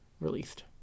released